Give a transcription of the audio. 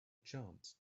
chance